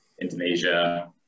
indonesia